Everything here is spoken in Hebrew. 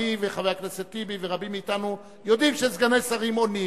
אני וחבר הכנסת טיבי ורבים מאתנו יודעים שסגני שרים עונים